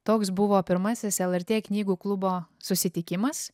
toks buvo pirmasis lrt knygų klubo susitikimas